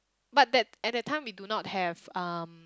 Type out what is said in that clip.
but that at that time we do not have um